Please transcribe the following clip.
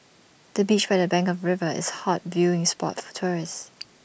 the bench by the bank of the river is A hot viewing spot for tourists